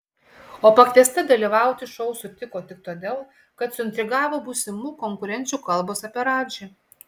o pakviesta dalyvauti šou sutiko tik todėl kad suintrigavo būsimų konkurenčių kalbos apie radžį